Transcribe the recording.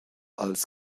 als